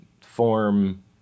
form